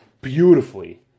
beautifully